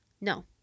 No